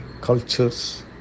cultures